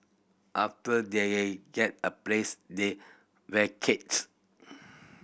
after they get a place they vacate